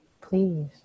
please